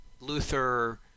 Luther